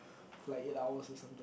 for like eight hours or something